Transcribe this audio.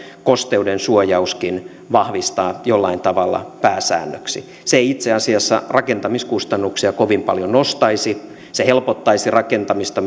kosteudensuojauskin vahvistaa jollain tavalla pääsäännöksi se ei itse asiassa rakentamiskustannuksia kovin paljon nostaisi se helpottaisi rakentamista